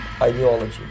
ideology